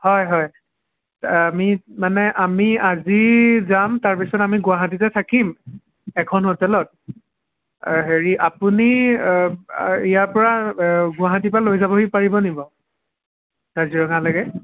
হয় হয় আমি মানে আমি আজি যাম তাৰপিছত আমি গুৱাহাটীতে থাকিম এখন হোটেলত আ হেৰি আপুনি ইয়াৰ পৰা গুৱাহাটী পৰা লৈ যাবহি পাৰিবনি বাৰু কাজিৰঙালৈকে